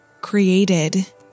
created